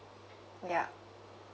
yeah